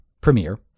Premiere